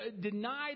denied